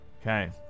Okay